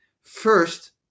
first